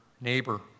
neighbor